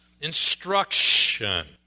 instruction